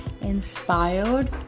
inspired